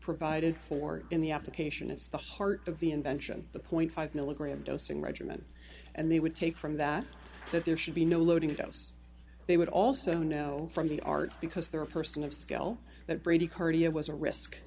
provided for in the application it's the heart of the invention the point five milligram dosing regimen and they would take from that that there should be no loading dose they would also know from the art because they're a person of scale that brady cardio was a risk